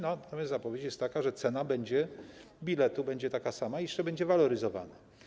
Natomiast zapowiedź jest taka, że cena biletu będzie taka sama i jeszcze będzie waloryzowana.